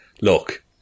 Look